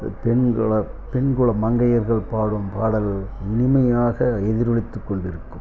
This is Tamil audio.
பெண்புல பெண்குல மங்கயர்கள் பாடும் பாடல் இனிமையாக எதிரொலித்து கொண்டிருக்கும்